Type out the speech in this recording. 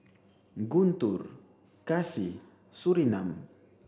Guntur Kasih and Surinam